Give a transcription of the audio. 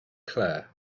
clair